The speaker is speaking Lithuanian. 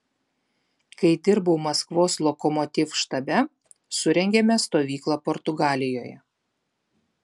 kai dirbau maskvos lokomotiv štabe surengėme stovyklą portugalijoje